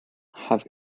have